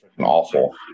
Awful